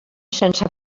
sense